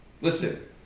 Listen